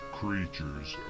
creature's